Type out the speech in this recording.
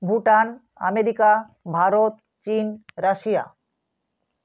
Bhutan America Bharat চীন Russia